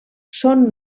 són